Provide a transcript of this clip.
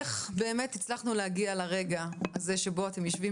איך באמת הצלחנו להגיע לרגע הזה שבו אתם יושבים